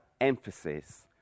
emphasis